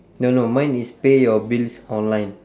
no no mine is pay your bills online